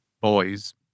boys